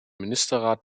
ministerrat